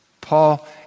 Paul